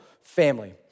family